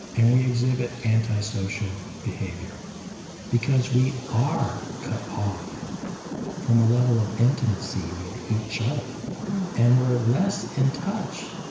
and we exhibit antisocial behavior because we are cut off from a level of intimacy with each other and we're less in touch.